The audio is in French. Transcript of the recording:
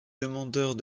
demandeurs